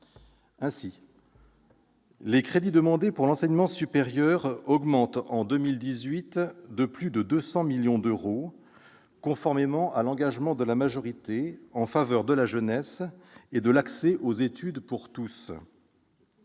Ainsi, les crédits demandés pour l'enseignement supérieur augmentent, en 2018, de plus de 200 millions d'euros, conformément à l'engagement de la majorité en faveur de la jeunesse et de l'accès aux études pour tous.